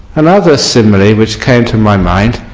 another simile which came to my mind